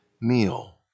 meal